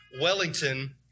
Wellington